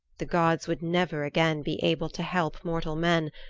the gods would never again be able to help mortal men,